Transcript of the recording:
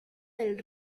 del